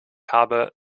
habe